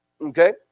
Okay